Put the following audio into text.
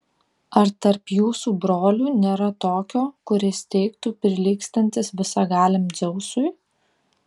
ar tarp jūsų brolių nėra tokio kuris teigtų prilygstantis visagaliam dzeusui